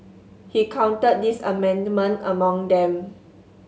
he counted this amendment among them